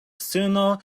suno